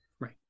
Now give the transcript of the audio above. Right